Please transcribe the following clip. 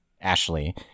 Ashley